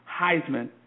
Heisman